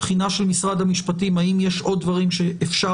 בחינה של משרד המשפטים האם יש עוד דברים שאפשר